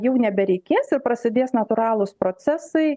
jau nebereikės ir prasidės natūralūs procesai